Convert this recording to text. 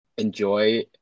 enjoy